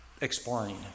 explain